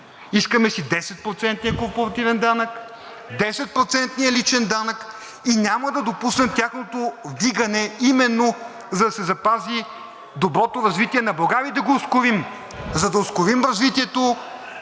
искаме си десетпроцентния корпоративен данък, десетпроцентния личен данък и няма да допуснем тяхното вдигане именно за да се запази доброто развитие на България и да го ускорим. За да ускорим развитието,